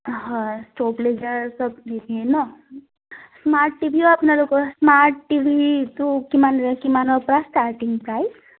হয় স্মাৰ্ট টিভিও আপোনালোকৰ স্মাৰ্ট টিভিটো কিমান কিমানৰ পৰা ষ্টাৰ্টিং প্ৰাইছ